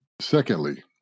Secondly